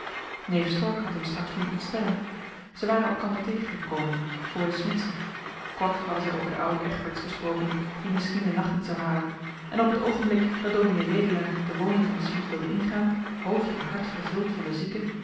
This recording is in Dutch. neef stork had hem straks doen ontstellen zij waren elkander tegengekomen vr de smidse kort hadden johan de meester de zonde in het deftige dorp zij over den ouden egberts gesproken die misschien den nacht niet zou halen en op het oogenblik dat ds wedelaar de woning van den smid wilde ingaan hoofd en hart vervuld van den zieke